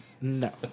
No